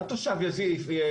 התושב יזיז את הרכב.